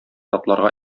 атларга